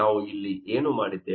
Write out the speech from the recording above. ನಾವು ಇಲ್ಲಿ ಏನು ಮಾಡಿದ್ದೇವೆ